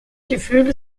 gefühl